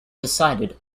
decided